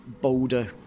bolder